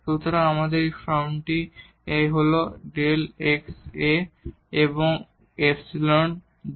সুতরাং আমাদের এই ফর্মটি হল A Δ x এবং ϵ Δ x